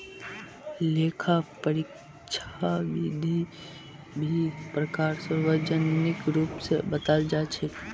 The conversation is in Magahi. लेखा परीक्षकेरो भी दी प्रकार सार्वजनिक रूप स बताल जा छेक